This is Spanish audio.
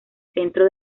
centro